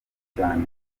cyane